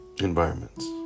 environments